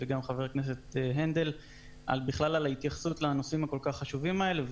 וגם לשר הנדל על ההתייחסות לנושאים הכול כך חשובים האלה.